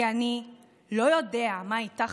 כי אני לא יודע מה איתך,